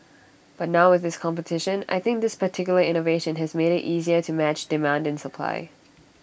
but now with this competition I think this particular innovation has made IT easier to match demand and supply